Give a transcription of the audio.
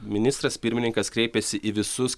ministras pirmininkas kreipėsi į visus